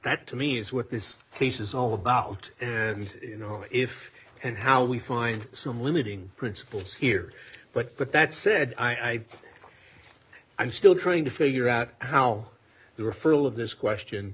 to me is what this case is all about you know if and how we find some limiting principles here but but that said i i'm still trying to figure out how the referral of this question